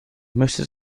müsste